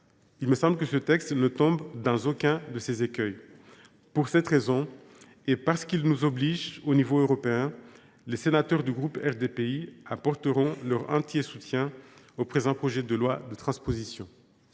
Il me semble que ce texte ne tombe dans aucun de ces écueils. Pour cette raison, et parce qu’il nous oblige à l’échelle européenne, les sénateurs du groupe RDPI apporteront leur entier soutien au présent projet de loi. La parole